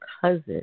cousin